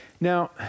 Now